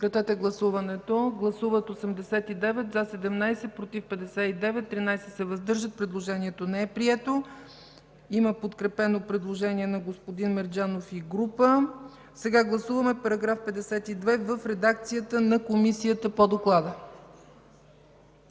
Сега гласуваме § 52 в редакцията на Комисията по доклада.